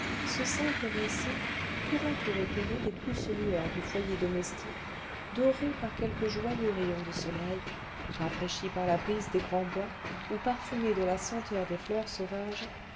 ce simple récit tour à tour éclairé des douces lueurs du foyer domestique doré par quelques joyeux rayons de soleil rafraîchi par la brise des grands bois ou parfumé de la senteur des fleurs sauvages